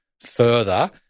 further